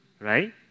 right